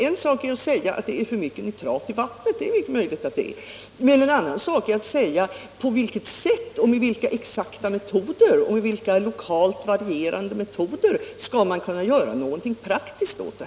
En sak är att säga att det finns för mycket nitrat i vattnet — det är mycket möjligt att det är så — men en annan sak är att säga på vilket sätt och med vilka exakta och lokalt varierande metoder man skall kunna göra någonting praktiskt åt det.